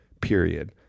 period